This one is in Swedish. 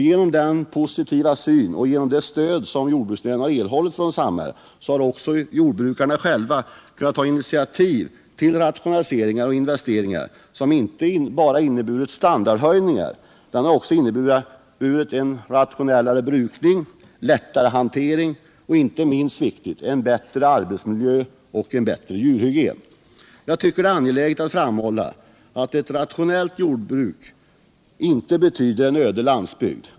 Genom denna positiva syn och genom det stöd som jordbruksnäringen erhållit från samhället har också jordbrukarna själva kunnat ta initiativ till rationaliseringar och investeringar som inte bara inneburit en standardhöjning utan också en rationellare brukning, lättare hantering och inte minst viktigt: en förbättrad arbetsmiljö och en bättre djurhygien. Jag tycker det är angeläget att framhålla att ett rationellt bedrivet jord 85 bruk inte betyder en öde landsbygd.